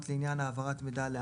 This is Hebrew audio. המידע.